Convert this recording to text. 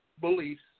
beliefs